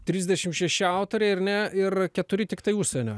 trisdešim šeši autoriai ar ne ir keturi tiktai užsienio